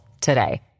today